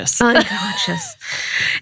Unconscious